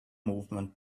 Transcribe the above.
movement